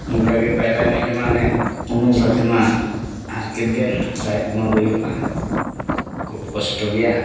ᱚᱱᱠᱟᱜᱮ ᱯᱟᱭᱨᱟ ᱮᱱᱮᱡ ᱨᱮᱢᱟ ᱚᱱᱮ ᱩᱱᱩᱢ ᱠᱟᱛᱮᱢᱟ ᱦᱟᱨᱠᱮᱛ ᱜᱮᱢ ᱥᱟᱸᱦᱮᱫ ᱵᱚᱱᱫᱚ ᱦᱩᱭᱩᱜᱼᱟ ᱠᱷᱩᱵᱽ ᱠᱚᱥᱴᱚ ᱜᱮᱭᱟ